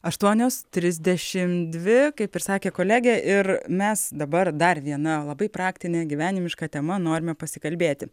aštuonios trisdešimt dvi kaip ir sakė kolegė ir mes dabar dar viena labai praktinė gyvenimiška tema norime pasikalbėti